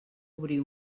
obrir